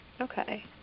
Okay